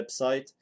website